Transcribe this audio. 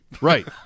Right